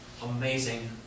Amazing